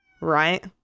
right